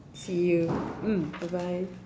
see you mm bye bye